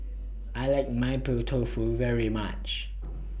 I like Mapo Tofu very much